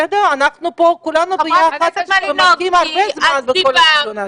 אנחנו פה כולנו ביחד מחכים הרבה זמן לדיון הזה.